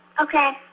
Okay